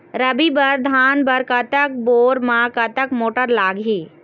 रबी बर धान बर कतक बोर म कतक मोटर लागिही?